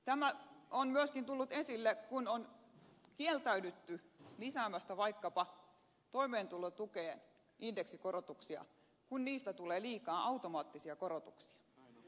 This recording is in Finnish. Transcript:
tämä on myöskin tullut esille kun on kieltäydytty lisäämästä vaikkapa toimeentulotukeen indeksikorotuksia kun niistä tulee liikaa automaattisia korotuksia